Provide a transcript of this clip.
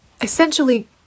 essentially